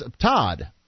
Todd